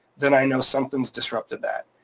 then i know something's disrupted that,